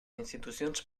institucions